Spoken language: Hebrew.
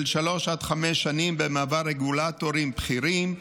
שלוש עד חמש שנים במעבר רגולטורים בכירים,